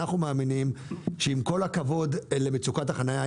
אנחנו מאמינים שעם כל הכבוד למצוקת החנייה,